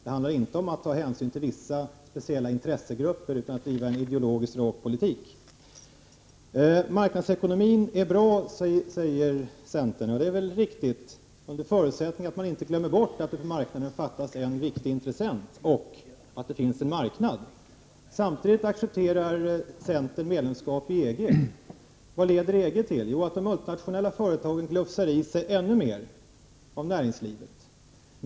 Det handlar inte om att ta hänsyn till vissa speciella intressegrupper, utan att driva en ideologiskt rak politik. Marknadsekonomin är bra, säger centerrepresentanterna. Ja, det är väl riktigt under förutsättning att man inte glömmer bort att det på marknaden fattas en viktig intressent och att det finns en marknad. Samtidigt accepterar centern medlemskap i EG. Vad leder EG till? Jo, att de multinationella företagen glufsar i sig ännu mer av näringslivet.